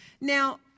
Now